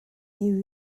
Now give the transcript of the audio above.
new